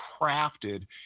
crafted